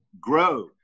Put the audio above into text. grow